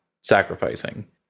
sacrificing